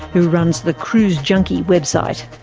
who runs the cruisejunkie website.